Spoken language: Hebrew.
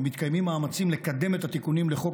מתקיימים מאמצים לקדם את התיקונים לחוק